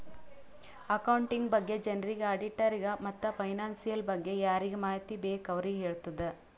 accounting ಬಗ್ಗೆ ಜನರಿಗ್, ಆಡಿಟ್ಟರಿಗ ಮತ್ತ್ ಫೈನಾನ್ಸಿಯಲ್ ಬಗ್ಗೆ ಯಾರಿಗ್ ಮಾಹಿತಿ ಬೇಕ್ ಅವ್ರಿಗ ಹೆಳ್ತುದ್